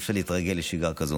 אי-אפשר להתרגל לשגרה כזאת.